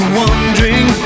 wondering